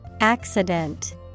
Accident